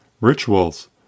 rituals